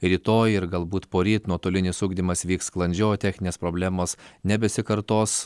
rytoj ir galbūt poryt nuotolinis ugdymas vyks sklandžiau o techninės problemos nebesikartos